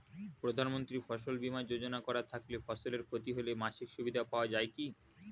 প্রধানমন্ত্রী ফসল বীমা যোজনা করা থাকলে ফসলের ক্ষতি হলে মাসিক সুবিধা পাওয়া য়ায় কি?